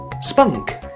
spunk